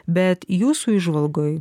bet jūsų įžvalgoj